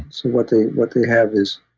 so what they what they have is